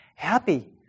happy